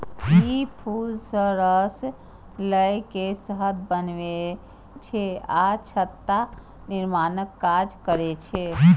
ई फूल सं रस लए के शहद बनबै छै आ छत्ता निर्माणक काज करै छै